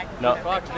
No